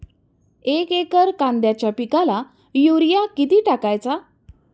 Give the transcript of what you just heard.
एक एकर कांद्याच्या पिकाला युरिया किती टाकायचा?